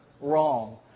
wrong